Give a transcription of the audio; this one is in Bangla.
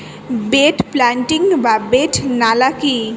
বেড প্লান্টিং বা বেড নালা কি?